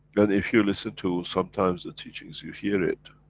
and if you listen to sometimes the teachings you hear it,